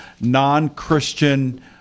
non-Christian